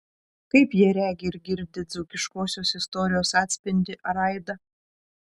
kaip jie regi ir girdi dzūkiškosios istorijos atspindį ar aidą